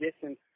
distance